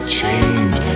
change